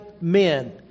men